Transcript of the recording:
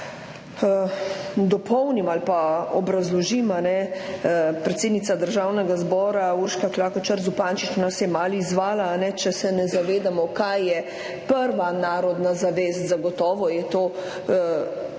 dopolnim ali obrazložim, predsednica Državnega zbora Urška Klakočar Zupančič nas je malo izzvala, če se ne zavedamo, kaj je prva narodna zavest. Zagotovo je to